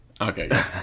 Okay